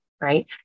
right